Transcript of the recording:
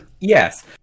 Yes